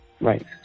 Right